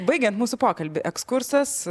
baigiant mūsų pokalbį ekskursas